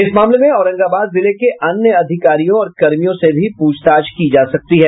इस मामले में औरंगाबाद जिले के अन्य अधिकारियों और कर्मियों से भी प्रछताछ की जा सकती है